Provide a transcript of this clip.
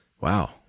wow